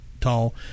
tall